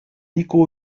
nico